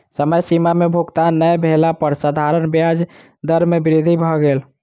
समय सीमा में भुगतान नै भेला पर साधारण ब्याज दर में वृद्धि भ गेल